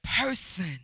person